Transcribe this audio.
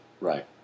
Right